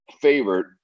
favorite